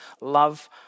love